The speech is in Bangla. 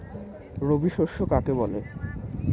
রবি শস্য কাকে বলে?